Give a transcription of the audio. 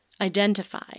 Identify